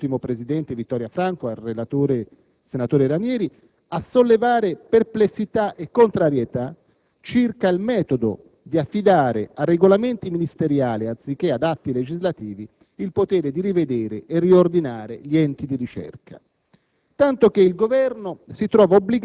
è tutta la 7a Commissione - dall'ottimo presidente Vittoria Franco al relatore, senatore Ranieri - a sollevare perplessità e contrarietà circa il metodo di affidare a regolamenti ministeriali anziché ad atti legislativi il potere di rivedere e riordinare gli enti di ricerca.